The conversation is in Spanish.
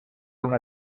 una